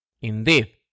Indeed